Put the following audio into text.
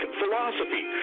philosophy